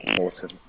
Awesome